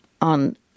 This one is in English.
on